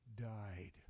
died